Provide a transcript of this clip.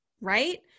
right